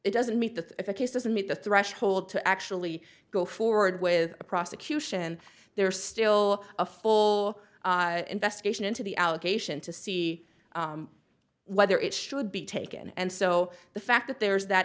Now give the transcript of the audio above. it doesn't meet the if a case doesn't meet the threshold to actually go forward with a prosecution there's still a full investigation into the allegation to see whether it should be taken and so the fact that there is that